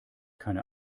keine